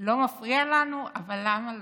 לא מפריע לנו, אבל למה לא?